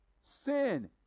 Sin